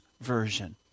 version